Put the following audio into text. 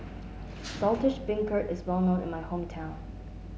Saltish Beancurd is well known in my hometown